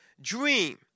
dream